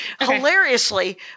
hilariously